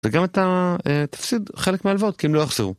וגם אתה תפסיד חלק מהלוואות כי הם לא יחזרו.